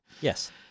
Yes